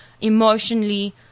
emotionally